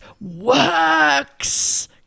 works